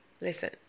listen